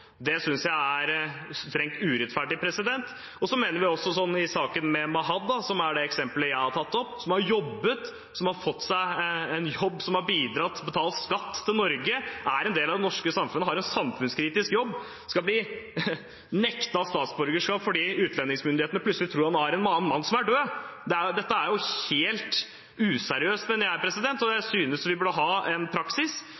jeg er strengt urettferdig. Jeg har tatt saken med Mahad som et eksempel. At han, som har fått seg jobb, som har bidratt og betalt skatt til Norge, som er en del av det norske samfunnet og har en samfunnskritisk jobb, skal bli nektet statsborgerskap fordi utlendingsmyndighetene plutselig tror han er en annen mann, som er død, mener jeg er helt useriøst. Jeg synes vi burde ha en praksis der vi faktisk stoler mer på de menneskene som er i møte med systemet, og